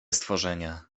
stworzenie